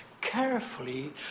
carefully